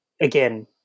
again